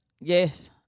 Yes